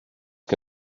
que